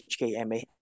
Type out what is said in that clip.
HKMA